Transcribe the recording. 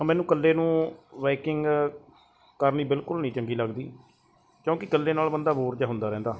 ਤਾਂ ਮੈਨੂੰ ਇਕੱਲੇ ਨੂੰ ਬਾਈਕਿੰਗ ਕਰਨੀ ਬਿਲਕੁਲ ਨਹੀਂ ਚੰਗੀ ਲੱਗਦੀ ਕਿਉਂਕਿ ਇਕੱਲੇ ਨਾਲ ਬੰਦਾ ਬੋਰ ਜਿਹਾ ਹੁੰਦਾ ਰਹਿੰਦਾ